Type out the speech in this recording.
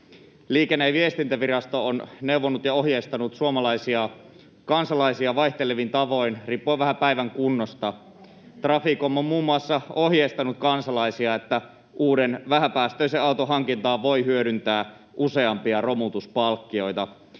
Liikenne- ja viestintävirasto on neuvonut ja ohjeistanut suomalaisia kansalaisia vaihtelevin tavoin riippuen vähän päivän kunnosta. Traficom on muun muassa ohjeistanut kansalaisia, että uuden, vähäpäästöisen auton hankintaan voi hyödyntää useampia romutuspalkkioita.